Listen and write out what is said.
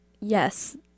Yes